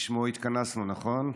לשמו התכנסנו, נכון?